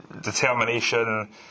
determination